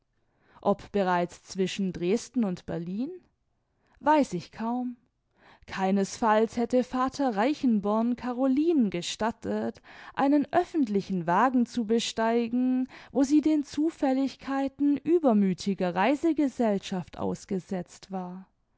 ob bereits zwischen dresden und berlin weiß ich kaum keinesfalls hätte vater reichenborn carolinen gestattet einen öffentlichen wagen zu besteigen wo sie den zufälligkeiten übermüthiger reisegesellschaft ausgesetzt war